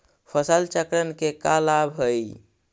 फसल चक्रण के का लाभ हई?